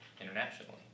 internationally